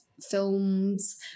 films